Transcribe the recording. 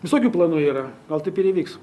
visokių planų yra gal taip ir įvyks